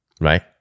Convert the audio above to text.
right